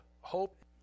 Hope